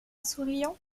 souriant